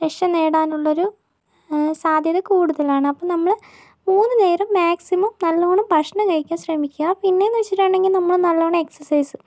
രക്ഷ നേടാനുള്ളൊരു സാധ്യത കൂടുതലാണ് അപ്പോൾ നമ്മൾ മൂന്ന് നേരം മാക്സിമം നല്ലവണ്ണം ഭക്ഷണം കഴിക്കാൻ ശ്രമിക്കുക പിന്നെയെന്ന് വച്ചിട്ടുണ്ടെങ്കിൽ നമ്മൾ നല്ലവണ്ണം എക്സസൈസ്